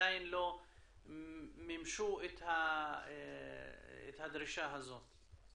שעדיין לא מימשו את הדרישה הזאת?